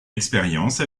expérience